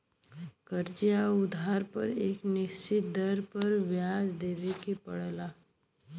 कर्ज़ या उधार पर एक निश्चित दर पर ब्याज देवे के पड़ला